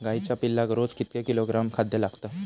गाईच्या पिल्लाक रोज कितके किलोग्रॅम खाद्य लागता?